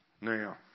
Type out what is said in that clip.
Now